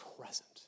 present